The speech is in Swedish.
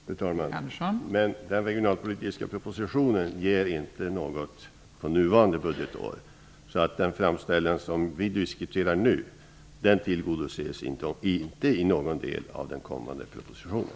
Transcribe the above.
Fru talman! Men den regionalpolitiska propositionen gäller inte innevarande budgetår. Den framställning som vi nu diskuterar tillgodoses inte i någon del av den kommande propositionen.